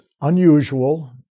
unusual